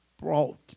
brought